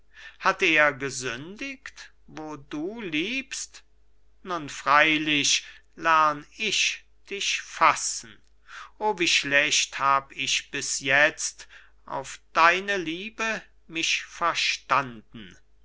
hat er gesündigt wo du liebst nun freilich lern ich dich fassen o wie schlecht hab ich bis jetzt auf deine liebe mich verstanden